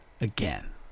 again